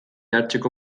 hartzeko